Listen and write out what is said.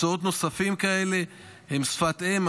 מקצועות נוספים כאלה הם שפת אם,